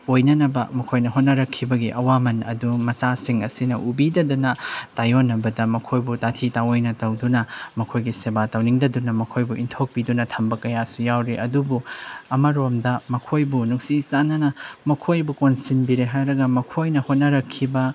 ꯑꯣꯏꯅꯅꯕ ꯃꯈꯣꯏꯅ ꯍꯣꯠꯅꯔꯛꯈꯤꯕꯒꯤ ꯑꯋꯥꯃꯟ ꯑꯗꯨ ꯃꯆꯥꯁꯤꯡ ꯑꯁꯤꯅ ꯎꯕꯤꯗꯗꯅ ꯇꯥꯏꯑꯣꯟꯅꯕꯗ ꯃꯈꯣꯏꯕꯨ ꯇꯥꯊꯤ ꯇꯥꯑꯣꯏꯅ ꯇꯧꯗꯨꯅ ꯃꯈꯣꯏꯒꯤ ꯁꯦꯕꯥ ꯇꯧꯅꯤꯡꯗꯗꯅ ꯃꯈꯣꯏꯕꯨ ꯏꯟꯊꯣꯛꯄꯤꯗꯨꯅ ꯊꯝꯕ ꯀꯌꯥꯁꯨ ꯌꯥꯎꯔꯤ ꯑꯗꯨꯕꯨ ꯑꯃꯔꯣꯝꯗ ꯃꯈꯣꯏꯕꯨ ꯅꯨꯡꯁꯤ ꯆꯥꯅꯅ ꯃꯈꯣꯏꯕꯨ ꯀꯣꯟꯁꯤꯟꯕꯤꯔꯦ ꯍꯥꯏꯔꯒ ꯃꯈꯣꯏꯅ ꯍꯣꯠꯅꯔꯛꯈꯤꯕ